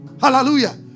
Hallelujah